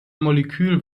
molekül